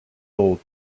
old